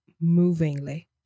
movingly